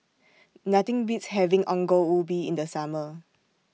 Nothing Beats having Ongol Ubi in The Summer